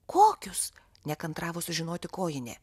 kokius nekantravo sužinoti kojinė